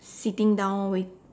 sitting down wait~